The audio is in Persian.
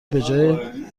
بجای